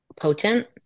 potent